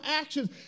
actions